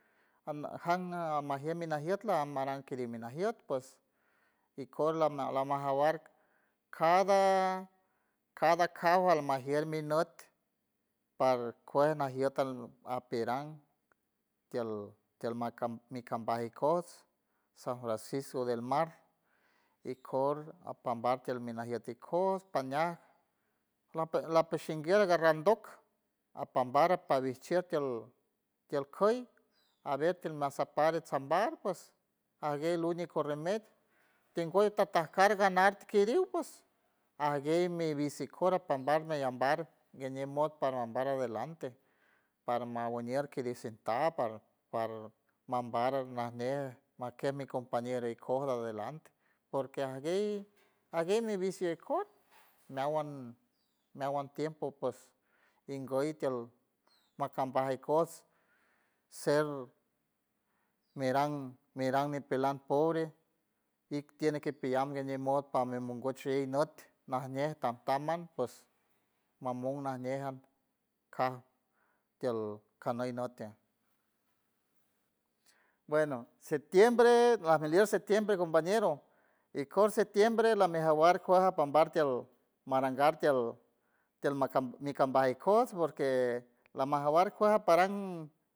Jan almajier minajiet lamarang crimina mi najiet ps ikor lamajawar cada cada caw almajier mi nüt par kuej najiet alnot apirang tiel tiel mi kambajs ikos, san francisco del mar ikor apambar tiel mi najiet ikojts pañajts lapa shimbien garrandock ajpambar ajpabij chieck tiel tiel küy, aber tiel mesapar atsapar, ajguey el único remedio tingüey tajta kar ganar kiriw pues ajguey mi bici cor ajpambar mellambar ngueñe mod pambar adelante, parma wiñer kede sentad par- par mambar najñe makej mi compañero ikojts adelante porque ajguey ajguey mi bici cor meawan meawan tiempo ps ingüey tiel makambaj ikojts ser mirang mirang ñipelan pobre, ik tiene que piyam ngueñe mod par mi mongoch shuey nüt, najñe tamtamha ps mamon najñe jan kaj tiel caney nüt tie, bueno septiembre ajmiliel septiembre compañero ikor septiembre lame jawar kuaj alpambar tiel marangal tiel tiel ma mi kambaj ikojts, porque lamajawar kuej aparang.